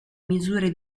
misure